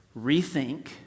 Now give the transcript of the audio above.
rethink